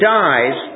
dies